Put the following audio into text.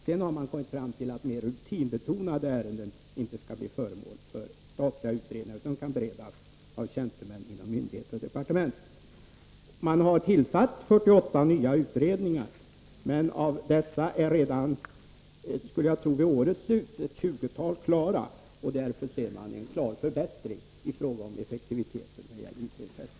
Sedan har man kommit fram till att mer mm.m. rutinbetonade ärenden inte skall bli föremål för statliga utredningar utan kan beredas av tjänstemän inom myndigheter och departement. Det har tillsatts 48 nya utredningar, men av dessa torde redan vid årets slut ett tjugotal vara klara, och således kan vi se en klar förbättring av effektiviteten när det gäller utredningsväsendet.